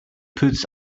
puts